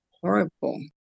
horrible